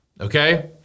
okay